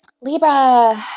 Libra